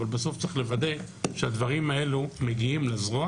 אבל בסוף צריך לוודא שהדברים האלו מגיעים לזרוע